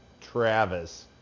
Travis